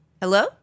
Hello